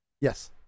yes